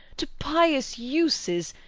to pious uses,